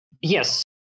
Yes